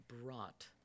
brought